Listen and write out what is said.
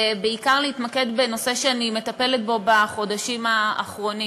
ובעיקר להתמקד בנושא שאני מטפלת בו בחודשים האחרונים,